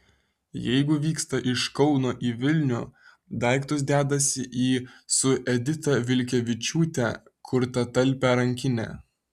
jeigu vyksta iš kauno į vilnių daiktus dedasi į su edita vilkevičiūte kurtą talpią rankinę